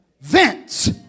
vents